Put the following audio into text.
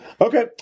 Okay